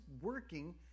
working